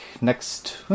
next